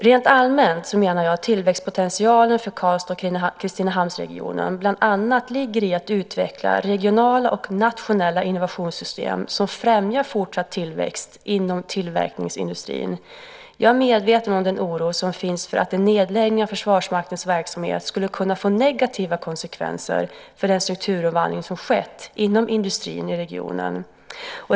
Rent allmänt menar jag att tillväxtpotentialen för Karlstads och Kristinehamnsregionen bland annat ligger i att utveckla regionala och nationella innovationssystem som främjar fortsatt tillväxt inom tillverkningsindustrin. Jag är medveten om den oro som finns för att en nedläggning av Försvarsmaktens verksamhet skulle kunna få negativa konsekvenser för den strukturomvandling som skett inom industrin i regionen.